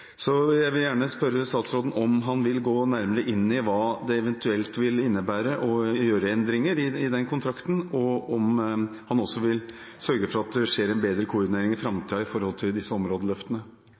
Jeg vil gjerne spørre statsråden om han vil gå nærmere inn i hva det eventuelt vil innebære å gjøre endringer i denne kontrakten, og om han også vil sørge for at det skjer en bedre koordinering i